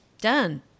done